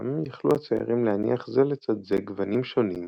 מסוים יכלו הציירים להניח זה לצד זה גוונים שונים